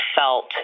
felt